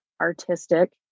artistic